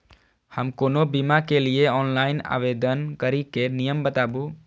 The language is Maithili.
हम कोनो बीमा के लिए ऑनलाइन आवेदन करीके नियम बाताबू?